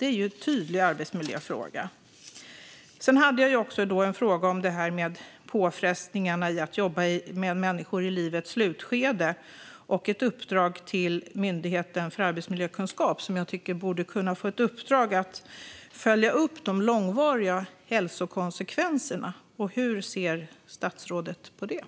Det är ju en tydlig arbetsmiljöfråga. Sedan hade jag också en fråga om detta med påfrestningarna i att jobba med människor i livets slutskede och om Myndigheten för arbetsmiljökunskap, som jag tycker borde kunna få ett uppdrag att följa upp de långvariga hälsokonsekvenserna. Hur ser statsrådet på detta?